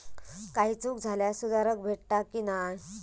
काही चूक झाल्यास सुधारक भेटता की नाय?